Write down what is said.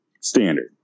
standard